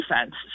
defense